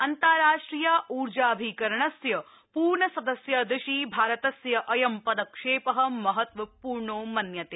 अन्ताराष्ट्रिय ऊर्जाभिकरणस्य पूर्णसदस्यदिशि भारतस्य अयं पदक्षेप महत्वपूर्णो मन्यते